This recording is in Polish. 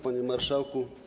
Panie Marszałku!